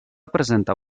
presentar